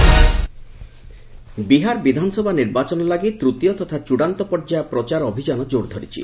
Bihar election Bihar ବିଧାନସଭା ନିର୍ବାଚନ ଲାଗି ତୂତୀୟ ତଥା ଚୂଡ଼ାନ୍ତ ପର୍ଯ୍ୟାୟ ପ୍ରଚାର ଅଭିଯାନ କୋର୍ ଧରିଛି